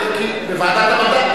בוועדת המדע.